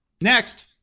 Next